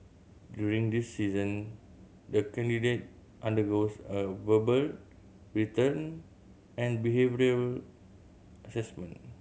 during this season the candidate undergoes a verbal written and behavioural assessment